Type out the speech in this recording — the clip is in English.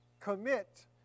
commit